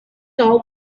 all